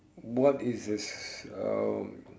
what is the uh